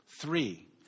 Three